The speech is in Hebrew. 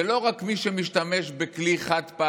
זה לא רק מי שמשתמש בכלי חד-פעמי,